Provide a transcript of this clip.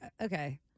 okay